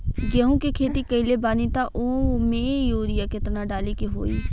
गेहूं के खेती कइले बानी त वो में युरिया केतना डाले के होई?